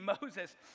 Moses